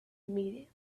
immediately